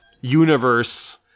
universe